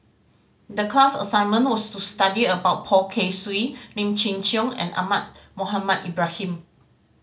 the class assignment was to study about Poh Kay Swee Lim Chin Siong and Ahmad Mohamed Ibrahim